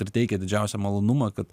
ir teikia didžiausią malonumą kad